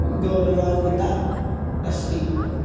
गौरवान्विता अस्ति